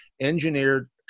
engineered